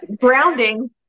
grounding